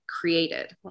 created